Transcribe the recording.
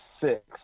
six